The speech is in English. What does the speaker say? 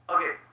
Okay